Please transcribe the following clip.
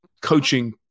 coaching